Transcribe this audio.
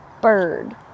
bird